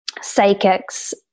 psychics